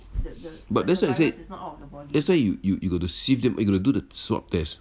but that's what I said that's why you you you got to sieve them you got to do the swab test